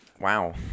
Wow